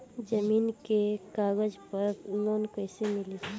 जमीन के कागज पर लोन कइसे मिली?